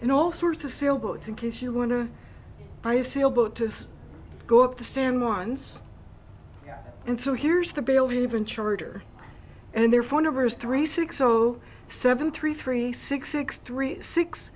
in all sorts of sailboats in case you're going to buy a sailboat to go up the same ones and so here's the bill even shorter and their phone numbers three six zero seven three three six six three six